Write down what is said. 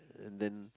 and then